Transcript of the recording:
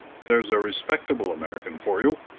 there's a respectable american for you!